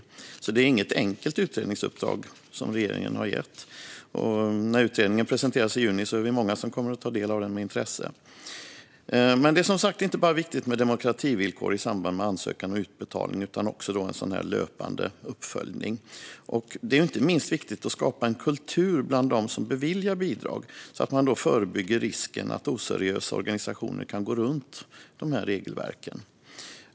Det är alltså inget enkelt utredningsuppdrag som regeringen har gett, och vi är många som kommer att ta del av utredningen med intresse när den presenteras i juni. Det är som sagt inte bara viktigt med ett demokrativillkor i samband med ansökan och utbetalning, utan det är också viktigt med löpande uppföljning. Inte minst är det viktigt att skapa en kultur bland dem som beviljar bidrag så att man förebygger risken att oseriösa organisationer kan gå runt regelverken.